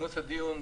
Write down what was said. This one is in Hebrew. כינוס הדיון.